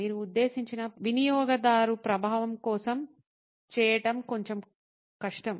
మీరు ఉద్దేశించిన వినియోగదారు ప్రభావం కోసం చేయటం కొంచం కష్టం